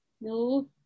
No